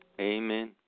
Amen